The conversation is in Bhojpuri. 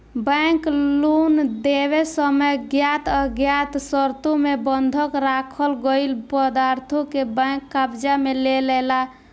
बैंक लोन देवे समय ज्ञात अज्ञात शर्तों मे बंधक राखल गईल पदार्थों के बैंक कब्जा में लेलेला